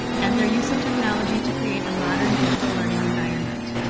and the use of technology to create a model digital learning environment.